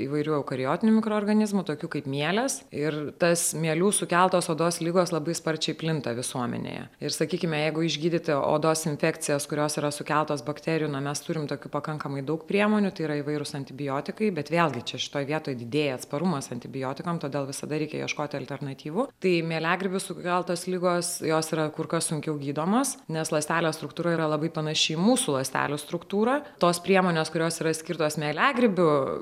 įvairių eukariotinių mikroorganizmų tokių kaip mielės ir tas mielių sukeltos odos ligos labai sparčiai plinta visuomenėje ir sakykime jeigu išgydyti odos infekcijas kurios yra sukeltos bakterijų na mes turim tokių pakankamai daug priemonių tai yra įvairūs antibiotikai bet vėlgi čia šitoj vietoj didėja atsparumas antibiotikam todėl visada reikia ieškoti alternatyvų tai mieliagrybių sukeltos ligos jos yra kur kas sunkiau gydomos nes ląstelės struktūra yra labai panaši į mūsų ląstelių struktūrą tos priemonės kurios yra skirtos mieliagrybių